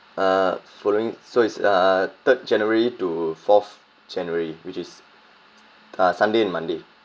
uh following so it's uh third january to fourth january which is uh sunday and monday